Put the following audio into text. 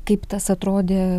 kaip tas atrodė